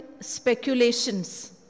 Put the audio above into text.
speculations